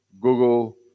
Google